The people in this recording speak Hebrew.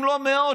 אם לא מאות,